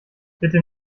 bitte